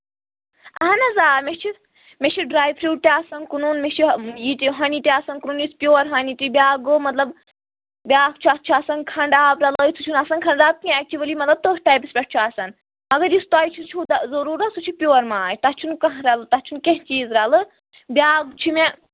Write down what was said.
اَہَن حظ آ مےٚ چھِ مےٚ چھِ ڈرٛاے فرٛوٗٹ تہِ آسان کٕنُن مےٚ چھُ یہِ تہِ ہانی تہِ آسان کٕنُن یُس پیور ہٲنی تہِ بیٛاکھ گوٚو مطلب بیٛاکھ چھُ اَتھ چھُ آسان کھنٛڈ آب رَلٲیِتھ سُہ چھُنہٕ آسان کھَنڈ آب کیٚنٛہہ ایٚکچُؤلی مطلب تٔتھۍ ٹایپَس پٮ۪ٹھ چھُ آسان مگر یُس تۄہہِ چھُو ضروٗرت سُہ چھُ پیور ماچھ تَتھ چھُنہٕ کانٛہہ رَلہٕ تَتھ چھُنہٕ کیٚنٛہہ چیٖز رَلہٕ بیٛاکھ چھُ مےٚ